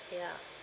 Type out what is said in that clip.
ya